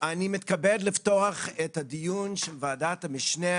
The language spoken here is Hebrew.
אני מתכבד לפתוח את הדיון של ועדת המשנה